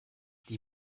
die